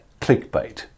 clickbait